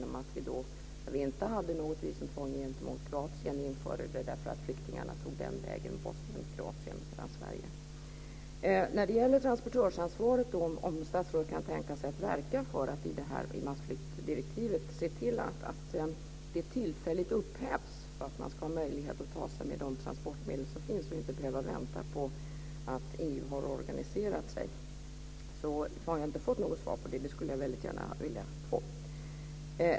Vi hade inget visumtvång gentemot Kroatien, men vi införde det därför att flyktingarna tog vägen över Bosnien och Kroatien till Sverige. Jag undrar om statsrådet kan tänka sig att verka för att i massflyktsdirektivet se till att tranportörsansvaret tillfälligt upphävs, så att man har möjlighet att ta sig fram med de transportmedel som finns och inte behöver vänta på att EU har organiserat sig. Jag har inte fått något svar på det. Det skulle jag väldigt gärna vilja ha.